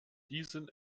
diesen